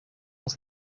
dans